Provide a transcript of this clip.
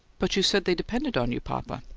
but you said they depended on you, papa.